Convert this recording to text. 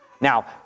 Now